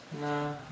Nah